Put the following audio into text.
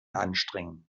anstrengen